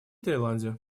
таиланде